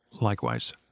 likewise